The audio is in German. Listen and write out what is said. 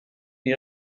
die